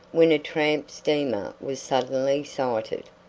when a tramp steamer was suddenly sighted.